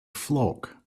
flock